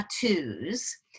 tattoos